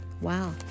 Wow